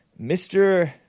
Mr